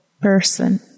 person